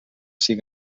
cinc